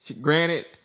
granted